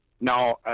Now